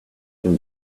can